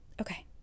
okay